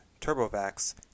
TurboVax